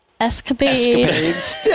escapades